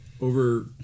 over